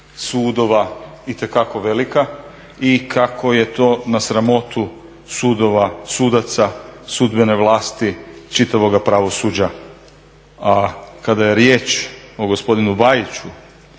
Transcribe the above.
sudova itekako velika i kako je to na sramotu sudova, sudaca, sudbene vlasti, čitavoga pravosuđa. A kada je riječ o gospodinu Vajiću